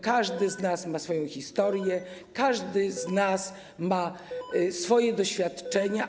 Każdy z nas ma swoją historię, każdy z nas ma swoje doświadczenia.